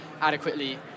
adequately